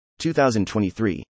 2023